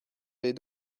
les